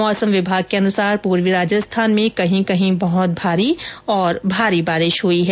मौसम विभाग के अनुसार पूर्वी राजस्थान में कहीं कहीं बहत भारी और भारी बारिश हुई है